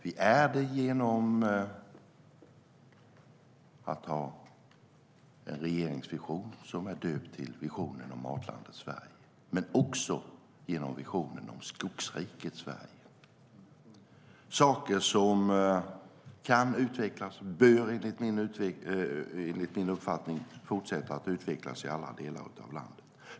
Vi har regeringsvisioner som döpts till visionen om Matlandet Sverige och visionen om Skogsriket Sverige. Det är saker som kan utvecklas och som enligt min uppfattning bör fortsätta att utvecklas i alla delar av landet.